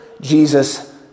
Jesus